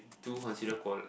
do consider qual~